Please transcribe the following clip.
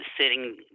sitting